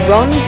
Ron